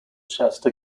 shasta